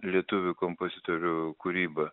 lietuvių kompozitorių kūryba